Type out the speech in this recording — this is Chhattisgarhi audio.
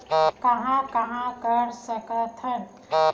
कहां कहां कर सकथन?